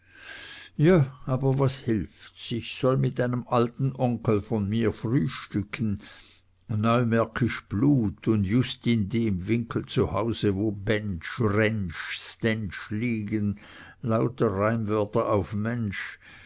ja aber was hilft's ich soll mit einem alten onkel von mir frühstücken neumärkisch blut und just in dem winkel zu hause wo bentsch rentsch stentsch liegen lauter reimwörter auf mensch